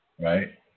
Right